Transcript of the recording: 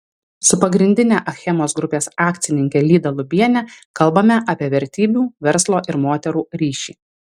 su pagrindine achemos grupės akcininke lyda lubiene kalbame apie vertybių verslo ir moterų ryšį